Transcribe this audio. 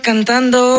Cantando